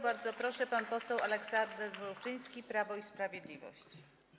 Bardzo proszę, pan poseł Aleksander Mrówczyński, Prawo i Sprawiedliwość.